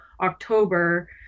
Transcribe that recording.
October